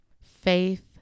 faith